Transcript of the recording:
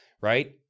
right